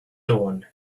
dawn